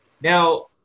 Now